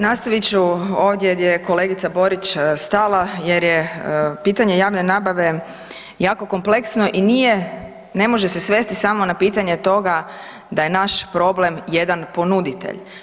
Nastavit ću ovdje gdje je kolegica Borić stala jer je pitanje javne nabave jako kompleksno i ne može se svesti samo na pitanje toga da je naš problem jedan ponuditelj.